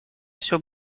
все